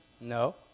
No